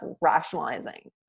rationalizing